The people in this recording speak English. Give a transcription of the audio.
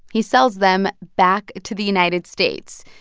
he sells them back to the united states.